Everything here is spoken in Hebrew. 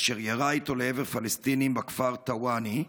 אשר ירה איתו לעבר פלסטינים בכפר א-תוואני,